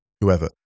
whoever